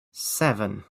seven